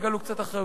ותגלו קצת אחריות.